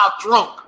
drunk